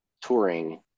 touring